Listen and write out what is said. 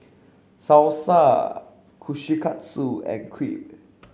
Salsa Kushikatsu and Crepe